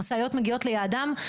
המשאיות מגיעות ליעדן.